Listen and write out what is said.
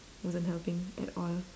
wasn't helping at all